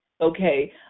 okay